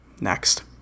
Next